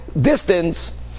distance